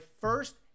first